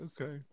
okay